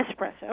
espresso